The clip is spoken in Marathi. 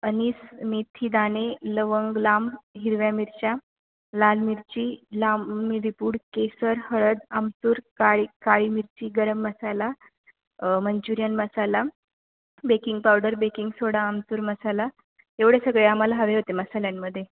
आणि स मेथी दाणे लवंग लांब हिरव्या मिरच्या लाल मिरची लांब मिरीपूड केसर हळद आमचूर काळी काळी मिरची garam masala Manchurian masala baking powder baking soda आमचूर मसाला एवढे सगळे आम्हाला हवे होते मसाल्यांमध्ये